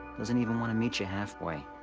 doesn't even wanna meet you halfway.